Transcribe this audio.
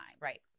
Right